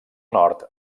nord